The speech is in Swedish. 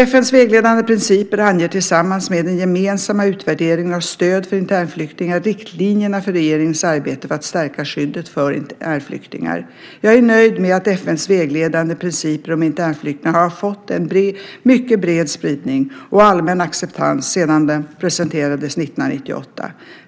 FN:s vägledande principer anger tillsammans med den gemensamma utvärderingen av stöd för internflyktingar riktlinjerna för regeringens arbete för att stärka skyddet för internflyktingar. Jag är nöjd med att FN:s vägledande principer om internflyktingar har fått en mycket bred spridning och allmän acceptans sedan de presenterades 1998.